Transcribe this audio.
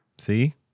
See